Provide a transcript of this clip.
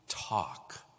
Talk